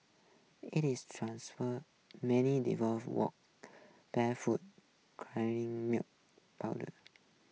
it is transfer many devote walked barefoot crying milk